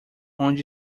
onde